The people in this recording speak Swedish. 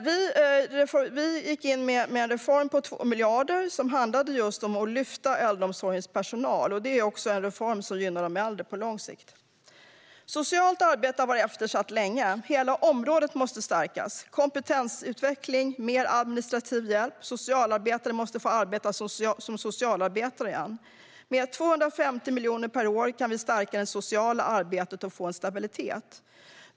Vi gick in med en reform på 2 miljarder som handlade just om att lyfta upp äldreomsorgens personal. Det är också en reform som gynnar de äldre på lång sikt. Socialt arbete har varit eftersatt länge. Hela området måste stärkas med kompetensutveckling och mer administrativ hjälp. Socialarbetare måste få arbeta som socialarbetare igen. Med 250 miljoner per år kan vi stärka det sociala arbetet och få en stabilitet.